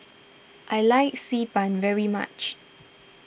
I like Xi Ban very much